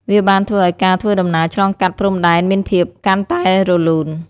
វាបានធ្វើឲ្យការធ្វើដំណើរឆ្លងកាត់ព្រំដែនមានភាពកាន់តែរលូន។